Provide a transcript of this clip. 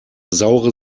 saure